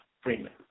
Freeman